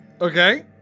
Okay